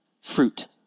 fruit